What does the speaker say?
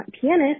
pianist